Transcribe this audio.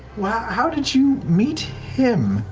how did you meet him?